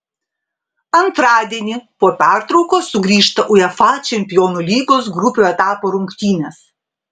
antradienį po pertraukos sugrįžta uefa čempionų lygos grupių etapo rungtynės